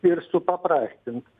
ir supaprastint